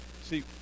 See